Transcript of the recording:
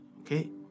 okay